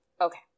okay